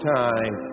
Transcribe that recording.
time